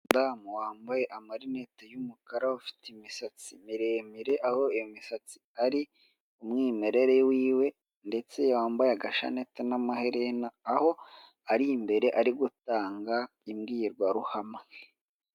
Umudamu wambaye amarinete y'umukara, ufite imisatsi miremire, aho iyo imisatsi ari umwimerere w'iwe, ndetse wambaye agashanete n'amaherena, aho ari imbere ari gutanga imbwirwaruhame.